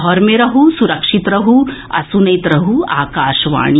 घर मे रहू सुरक्षित रहू आ सुनैत रहू आकाशवाणी